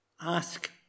ask